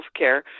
healthcare